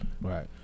Right